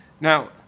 Now